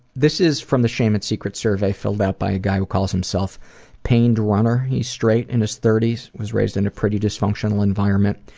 this is from the shame and secrets survey, filled out by a guy who calls himself pained runner. he's straight, in his thirty s, was raised in a pretty dysfunctional environment,